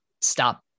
stop